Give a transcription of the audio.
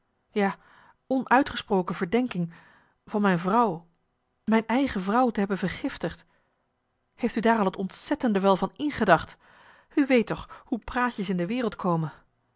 ja onuitgesproken verdenking van mijn vrouw mijn eigen vrouw te hebben vergiftigd marcellus emants een nagelaten bekentenis heeft u daar al het ontzettende wel van ingedacht u weet toch hoe praatjes in de wereld komen